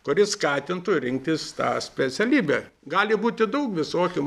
kuris skatintų rinktis tą specialybę gali būti daug visokių